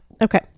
Okay